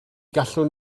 gallwn